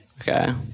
Okay